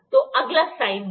तो अगला sine bar है